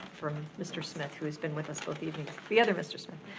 from mr. smith, who has been with us both evenings, the other mr. smith.